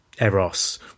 eros